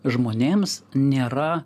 žmonėms nėra